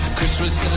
Christmas